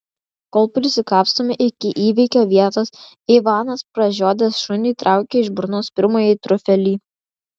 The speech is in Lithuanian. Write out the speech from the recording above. kol prisikapstome iki įvykio vietos ivanas pražiodęs šunį traukia iš burnos pirmąjį triufelį